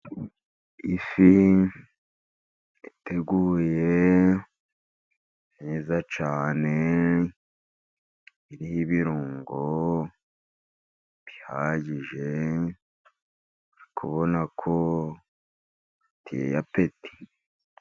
Ifi iteguye neza cyane, iriho ibirungo bihagije, uri kubona ko iteye apeti.